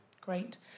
Great